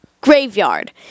graveyard